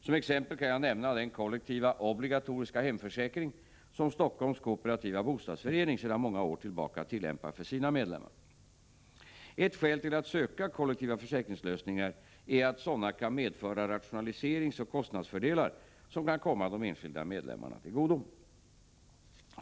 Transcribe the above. Som exempel kan jag nämna den kollektiva obligatoriska hemförsäkring som Stockholms kooperativa bostadsförening sedan många år tillbaka tillämpar för sina medlemmar. Ett skäl till att söka kollektiva försäkringslösningar är att sådana kan medföra rationaliseringsoch kostnadsfördelar som kan komma de enskilda medlemmarna till godo.